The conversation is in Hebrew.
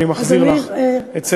אני מחזיר לך את סדר-היום,